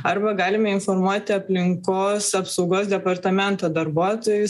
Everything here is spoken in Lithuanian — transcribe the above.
arba galime informuoti aplinkos apsaugos departamento darbuotojus